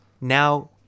now